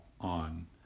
on